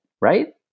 right